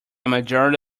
majority